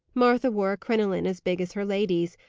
martha wore a crinoline as big as her lady's,